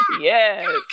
Yes